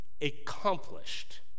accomplished